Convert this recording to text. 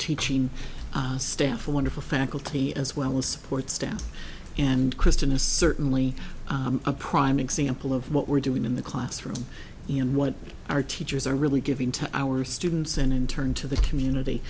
teaching staff a wonderful faculty as well as support staff and kristen is certainly a prime example of what we're doing in the classroom and what our teachers are really giving to our students and in turn to the community